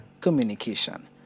Communication